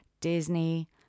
Disney